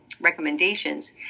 recommendations